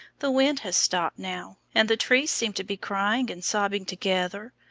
the wind has stopped now, and the trees seemed to be crying and sobbing together.